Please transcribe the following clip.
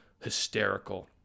hysterical